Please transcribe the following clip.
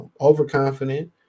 overconfident